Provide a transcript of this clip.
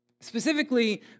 specifically